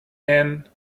end